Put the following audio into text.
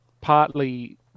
partly